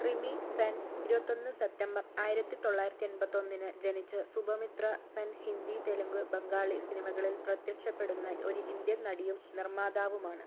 റിമി സെൻ ഇരുപത്തിയൊന്ന് സെപ്റ്റംബർ ആയിരത്തി തൊള്ളായിരത്തി എൺപത്തിയൊന്നിന്ന് ജനിച്ച സുഭമിത്ര സെൻ ഹിന്ദി തെലുങ്ക് ബംഗാളി സിനിമകളിൽ പ്രത്യക്ഷപ്പെടുന്ന ഒരു ഇന്ത്യൻ നടിയും നിർമ്മാതാവുമാണ്